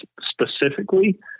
specifically